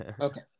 Okay